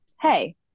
Hey